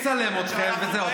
יצלם אתכם.